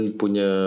punya